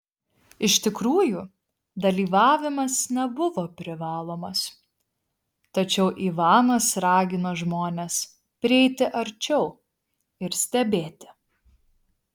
iš tikrųjų dalyvavimas nebuvo privalomas tačiau ivanas ragino žmones prieiti arčiau ir stebėti